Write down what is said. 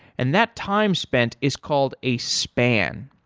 and that time spent is called a span.